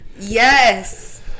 Yes